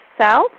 South